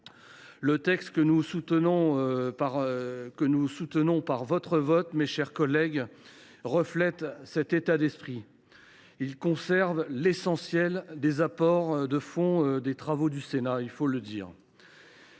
de loi que nous soumettons à votre vote, mes chers collègues, reflète cet état d’esprit. Il conserve l’essentiel des apports de fond issus des travaux du Sénat, qui sont en